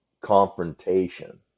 confrontation